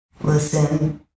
listen